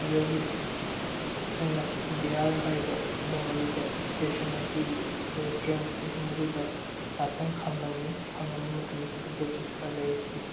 ꯑꯗꯨꯗꯒꯤ ꯑꯩꯈꯣꯏꯅ ꯕꯤꯍꯥꯔ ꯍꯥꯏꯔꯤꯕ ꯂꯝ ꯑꯗꯨꯗ ꯏꯁꯇꯦꯁꯟ ꯑꯗꯨ ꯇ꯭ꯔꯦꯟ ꯏꯁꯇꯦꯁꯟ ꯑꯗꯨꯗ ꯉꯥꯏꯍꯥꯛꯇꯪ ꯈꯥꯝꯂꯝꯃꯤ ꯈꯥꯝꯂꯝꯕ ꯃꯇꯝ ꯑꯁꯤꯗ ꯄꯣꯠ ꯆꯩ ꯈꯔ ꯂꯩꯔꯛꯈꯤ